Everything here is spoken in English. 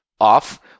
off